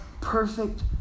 perfect